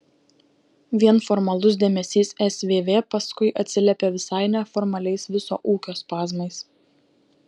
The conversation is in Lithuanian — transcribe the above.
vien formalus dėmesys svv paskui atsiliepia visai neformaliais viso ūkio spazmais